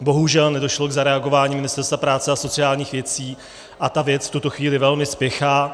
Bohužel nedošlo k zareagování Ministerstva práce a sociálních věcí, a ta věc v tuto chvíli velmi spěchá.